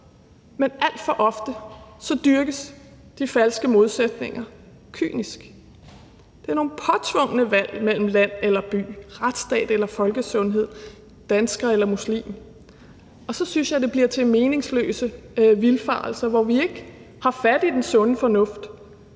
Men alt for ofte dyrkes de falske modsætninger kynisk. Det er nogle påtvungne valg mellem land eller by, retsstat eller folkesundhed, dansker eller muslim. Og så synes jeg, at det bliver til meningsløse vildfarelser, hvor vi ikke har fat i den sunde fornuft,